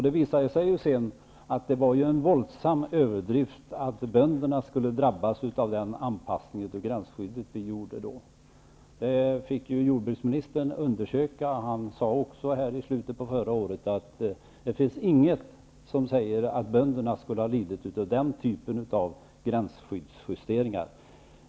Det visade sig ju sedan att det var en våldsam överdrift att bönderna skulle drabbas av den anpassning av gränskyddet som då gjordes. Detta fick jordbruksministern undersöka, och han sade i slutet av förra året att det inte fanns något som sade att bönderna skulle ha lidit av denna typ av gränsskyddsjusteringar.